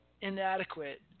inadequate